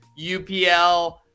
UPL